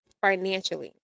financially